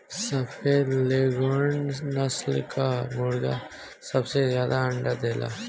सफ़ेद लेघोर्न नस्ल कअ मुर्गी सबसे ज्यादा अंडा देले